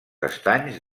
estanys